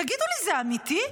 תגידו לי, זה אמיתי?